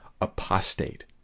apostate